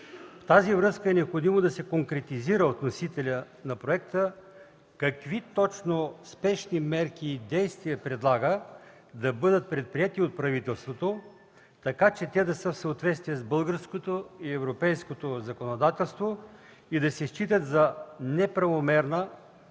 В тази връзка е необходимо да се конкретизира от вносителя на проекта какви точно спешни мерки и действия предлага да бъдат предприети от правителството, така че те да са в съответствие с българското и европейското законодателство и да не се считат за неправомерна